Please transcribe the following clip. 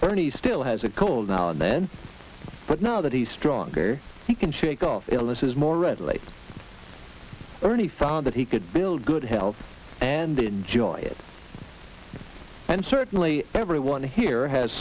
ernie's still has a call now and then but now that he's stronger he can shake of illnesses more readily early found that he could build good health and enjoy it and certainly everyone here has